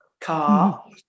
car